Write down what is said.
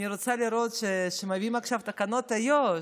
אני רוצה לראות שמביאים עכשיו את תקנות איו"ש,